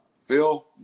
phil